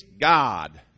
God